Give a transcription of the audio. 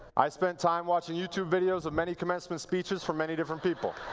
i spent time watching youtube videos of many commencement speeches from many different people.